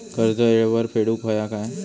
कर्ज येळेवर फेडूक होया काय?